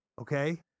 Okay